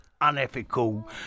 unethical